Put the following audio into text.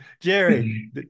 Jerry